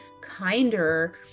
kinder